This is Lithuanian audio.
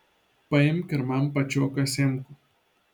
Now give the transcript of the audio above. paimk ir man pačioką sėmkų